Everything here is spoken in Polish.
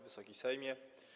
Wysoki Sejmie!